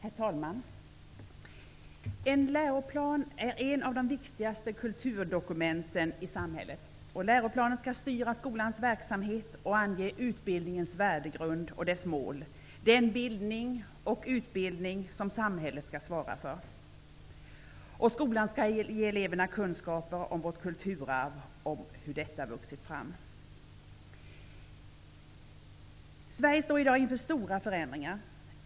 Herr talman! En läroplan är ett av de viktigaste kulturdokumenten i samhället. Läroplanen skall styra skolans verksamhet och ange utbildningens värdegrund och dess mål, den bildning och utbildning som samhället skall svara för. Skolan skall ge eleverna kunskaper om vårt kulturarv och om hur detta vuxit fram. Sverige står i dag inför stora förändringar.